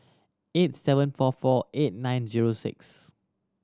eight seven four four eight nine zero six